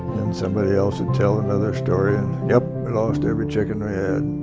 and somebody else would tell another story. and yep, we lost every chicken we had.